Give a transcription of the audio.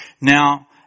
Now